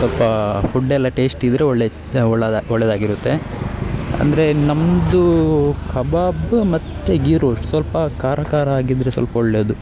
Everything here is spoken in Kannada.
ಸ್ವಲ್ಪ ಫುಡ್ ಎಲ್ಲ ಟೇಶ್ಟ್ ಇದ್ದರೆ ಒಳ್ಳೆಯ ಒಳ್ಳದ ಒಳ್ಳೆಯದಾಗಿರುತ್ತೆ ಅಂದರೆ ನಮ್ಮದು ಕಬಾಬ ಮತ್ತು ಗೀ ರೋಸ್ಟ್ ಸ್ವಲ್ಪ ಖಾರ ಖಾರ ಆಗಿದ್ದರೆ ಸ್ವಲ್ಪ ಒಳ್ಳೆಯದು